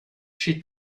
she